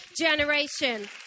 generation